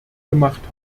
gemacht